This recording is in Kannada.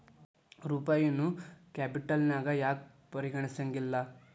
ರೂಪಾಯಿನೂ ಕ್ಯಾಪಿಟಲ್ನ್ಯಾಗ್ ಯಾಕ್ ಪರಿಗಣಿಸೆಂಗಿಲ್ಲಾ?